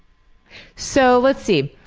so let's see.